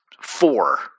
four